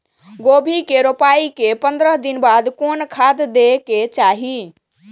गोभी के रोपाई के पंद्रह दिन बाद कोन खाद दे के चाही?